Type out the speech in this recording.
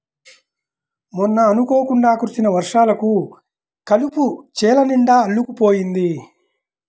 మొన్న అనుకోకుండా కురిసిన వర్షాలకు కలుపు చేలనిండా అల్లుకుపోయింది